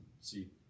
see